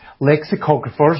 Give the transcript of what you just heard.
Lexicographers